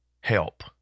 help